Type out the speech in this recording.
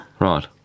right